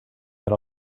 that